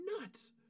nuts